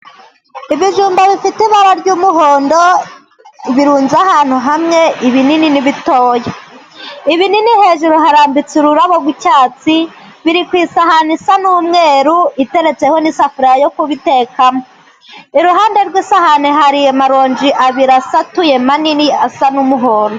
Ibijumba bifite ibara ry'umuhondo birunze ahantu hamwe ibinini n'ibitoya, ibinini hejuru harambitse ururabo rw'icyatsi biri ku isahani isa n'umweru iteretseho n'isafuriya yo kubitekamo. Iruhande rw'isahani hari amaronji abiri asatuye manini asa n'umuhondo.